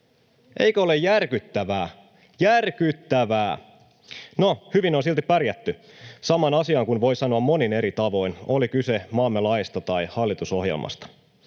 Eikö ole järkyttävää — järkyttävää? No, hyvin on silti pärjätty, saman asian kun voi sanoa monin eri tavoin, oli kyse maamme laeista tai hallitusohjelmasta.